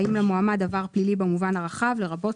האם למועמד "עבר פלילי" במובן הרחב לרבות